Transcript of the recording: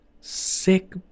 sick